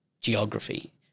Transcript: geography